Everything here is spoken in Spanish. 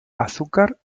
azúcar